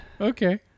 Okay